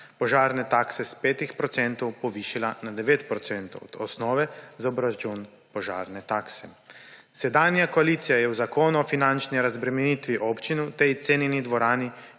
požarne takse s 5 procentov povišala na 9 procentov od osnove za obračun požarne takse. Sedanja koalicija je v Zakonu o finančni razbremenitvi občin v tej cenjeni dvorani